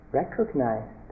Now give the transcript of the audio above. recognize